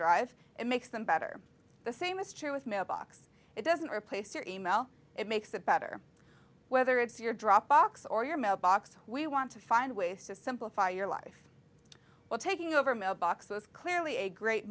drive it makes them better the same is true with mailbox it doesn't replace your e mail it makes it better whether it's your dropbox or your mailbox we want to find ways to simplify your life while taking over mailbox was clearly a great